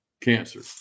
cancer